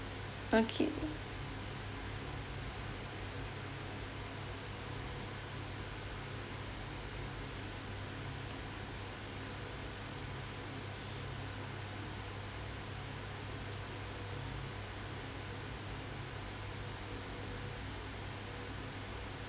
okay